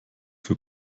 für